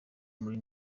muri